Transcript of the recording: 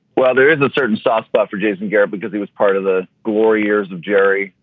well, there is a certain sore spot for jason garrett because he was part of the glory years of jerry.